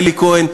לאלי כהן,